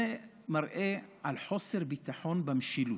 זה מראה על חוסר ביטחון במשילות.